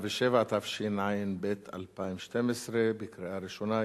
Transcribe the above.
107), התשע"ב 2012, קריאה ראשונה.